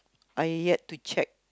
I yet to check